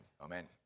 Amen